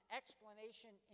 explanation